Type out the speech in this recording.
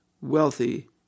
wealthy